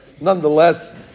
nonetheless